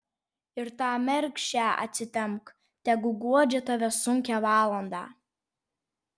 ir tą mergšę atsitempk tegu guodžia tave sunkią valandą